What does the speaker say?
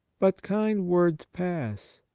but kind words pass,